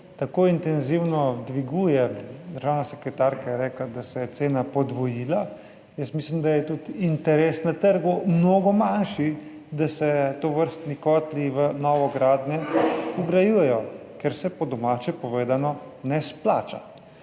tako intenzivno dviguje, državna sekretarka je rekla, da se je cena podvojila, jaz mislim, da je tudi interes na trgu mnogo manjši, da se tovrstni kotli vgrajujejo v novogradnje, kar se po domače povedano ne izplača.